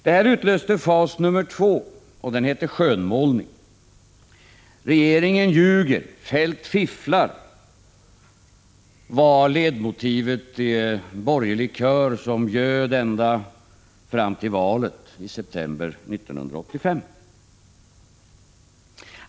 Detta utlöste fas två, som hette skönmålning. Regeringen ljuger, Feldt fifflar — det var ledmotivet i en borgerlig kör som ljöd ända fram till valet i september 1985.